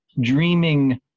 dreaming